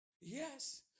Yes